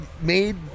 made